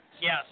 Yes